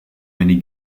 many